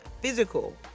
physical